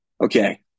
Okay